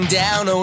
down